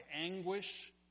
anguish